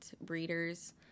breeders